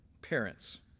parents